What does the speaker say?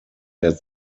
der